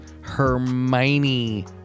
Hermione